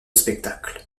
spectacle